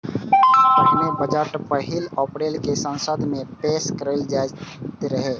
पहिने बजट पहिल अप्रैल कें संसद मे पेश कैल जाइत रहै